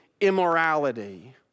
immorality